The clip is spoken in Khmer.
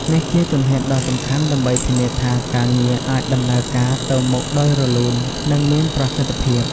នេះជាជំហានដ៏សំខាន់ដើម្បីធានាថាការងារអាចដំណើរការទៅមុខដោយរលូន និងមានប្រសិទ្ធភាព។